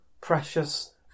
precious